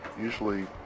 usually